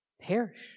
perish